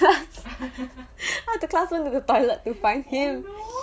half of the class went to the toilet to find him